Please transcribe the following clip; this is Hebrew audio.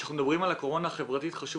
כשאנחנו מדברים על הקורונה החברתית חשוב